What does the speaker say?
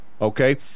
Okay